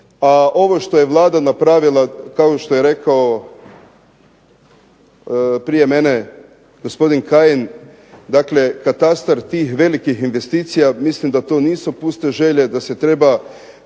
a ovo što je Vlada napravila kao što je rekao prije mene gospodin Kajin, dakle katastar tih velikih investicija mislim da to nisu puste želje, da se treba